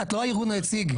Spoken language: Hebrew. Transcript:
את לא הארגון היציג,